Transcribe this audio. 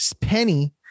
penny